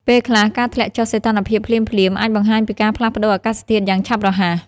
ពេលខ្លះ ការធ្លាក់ចុះសីតុណ្ហភាពភ្លាមៗ អាចបង្ហាញពីការផ្លាស់ប្តូរអាកាសធាតុយ៉ាងឆាប់រហ័ស។